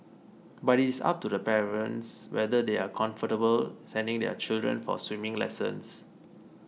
but it is up to the parents whether they are comfortable sending their children for swimming lessons